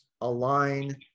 align